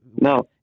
No